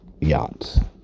Yacht